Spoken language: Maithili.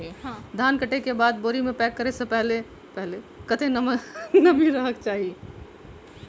धान कटाई केँ बाद बोरी मे पैक करऽ सँ पहिने कत्ते नमी रहक चाहि?